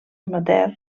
amateur